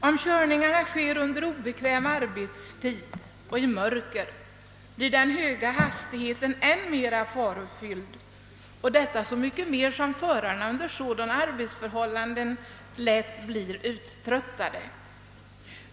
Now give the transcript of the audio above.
Om körningarna sker under obekväm arbetstid och i mörker blir den höga hastigheten än mera farofylld — detta så mycket mera som förarna under dylika arbetsförhållanden lätt blir uttröttade.